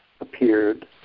appeared